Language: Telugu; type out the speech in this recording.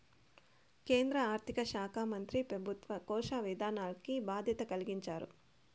కేంద్ర ఆర్థిక శాకా మంత్రి పెబుత్వ కోశ విధానాల్కి బాధ్యత కలిగించారు